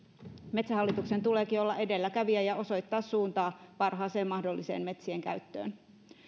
metsähallituksen tuleekin olla edelläkävijä ja osoittaa suuntaa parhaaseen mahdolliseen metsienkäyttöön